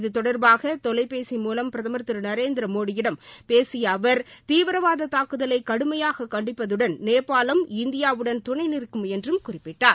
இது தொடர்பாக தொலைபேசி மூலம் பிரதமர் திரு நரேந்திர மோடியிடம் பேசிய அவர் தீவிரவாத தாக்குதலை கடுமையாக கண்டிப்பதுடன் நேபாளம் இந்தியாவுடன் துணை நிற்கும் என்று குறிப்பிட்டார்